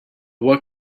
what